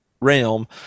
realm